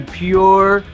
pure